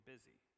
busy